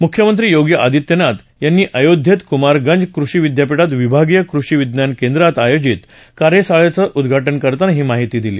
मुख्यमंत्री योगी आदित्यनाथ यांनी अयोध्येत कुमारगंज कृषी विद्यापिठात विभागीय कृषी विज्ञान केंद्रात आयोजित कार्यशाळेचं उद्घाटन करताना ही माहिती दिली